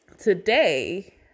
Today